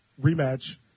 rematch